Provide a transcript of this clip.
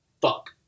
Fuck